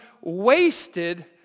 wasted